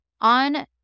On